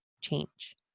change